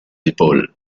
épaules